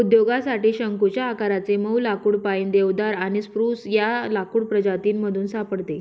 उद्योगासाठी शंकुच्या आकाराचे मऊ लाकुड पाईन, देवदार आणि स्प्रूस या लाकूड प्रजातीमधून सापडते